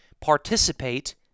participate